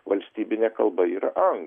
valstybinė kalba yra anglų